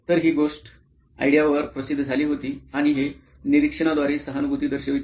तर हीच गोष्ट आईडिओ वर प्रसिद्ध झाली होती आणि हे निरीक्षणाद्वारे सहानुभूती दर्शवते